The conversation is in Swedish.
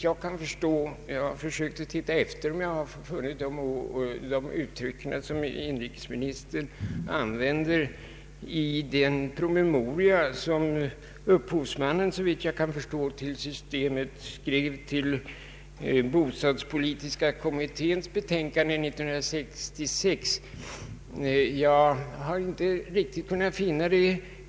Jag har försökt se efter om jag skulle kunna finna de uttryck som inrikesministern använder i den promemoria som upphovsmannen, såvitt jag kan förstå, till systemet skrev till bostadspolitiska kommitténs betänkande 1966. Jag har inte riktigt kunnat finna dem.